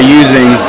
using